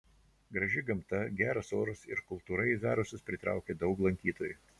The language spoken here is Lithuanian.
graži gamta geras oras ir kultūra į zarasus pritraukė daug lankytojų